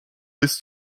bis